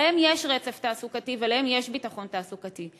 להם יש רצף תעסוקתי ולהם יש ביטחון תעסוקתי.